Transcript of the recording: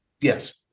Yes